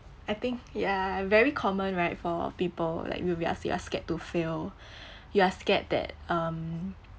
I think ya very common right for people like we we are we are scared to fail we are scared that um